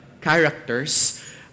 characters